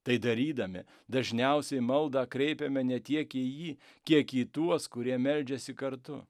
tai darydami dažniausiai maldą kreipiame ne tiek į jį kiek į tuos kurie meldžiasi kartu